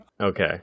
okay